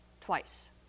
twice